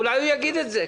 אולי הוא יגיד את זה.